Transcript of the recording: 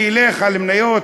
אני אלך על מניות,